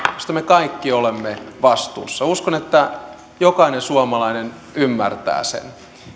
mistä me kaikki olemme vastuussa uskon että jokainen suomalainen ymmärtää sen